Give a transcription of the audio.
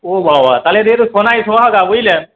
ও বাবা তাহলে এ তো সোনায় সোহাগা বুঝলেন